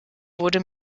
wurde